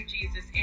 Jesus